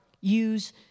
Use